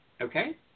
Okay